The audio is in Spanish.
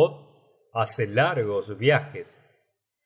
od hace largos viajes